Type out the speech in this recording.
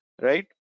right